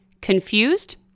Confused